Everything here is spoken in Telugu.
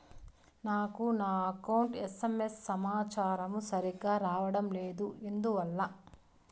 నాకు నా అకౌంట్ ఎస్.ఎం.ఎస్ సమాచారము సరిగ్గా రావడం లేదు ఎందువల్ల?